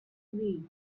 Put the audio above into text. read